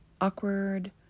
awkward